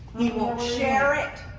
he won't share it.